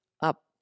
up